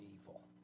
evil